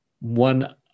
One